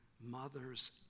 mothers